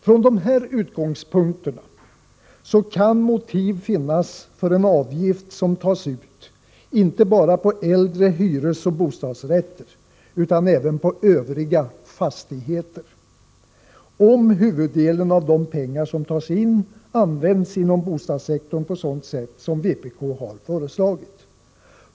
Från dessa utgångspunkter kan motiv finnas för en avgift som tas ut inte bara på äldre hyresoch bostadsrätter utan även på övriga fastigheter om huvuddelen av de pengar som tas in används inom bostadssektorn på sådant sätt som vpk föreslagit.